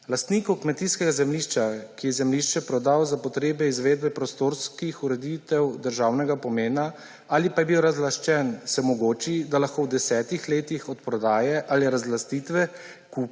Lastniku kmetijskega zemljišča, ki je zemljišče prodal za potrebe izvedbe prostorskih ureditev državnega pomena ali pa je bil razlaščen, se omogoči, da lahko v desetih letih od prodaje ali razlastitve